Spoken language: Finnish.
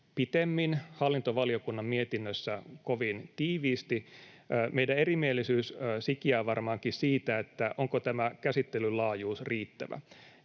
pitemmin, hallintovaliokunnan mietinnössä kovin tiiviisti. Meidän erimielisyytemme sikiää varmaankin siitä, onko tämä käsittelyn laajuus riittävä.